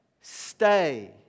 stay